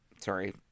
sorry